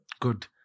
Good